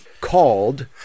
called